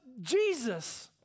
Jesus